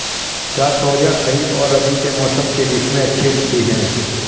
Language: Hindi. क्या तोरियां खरीफ और रबी के मौसम के बीच में अच्छी उगती हैं?